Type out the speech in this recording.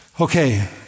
Okay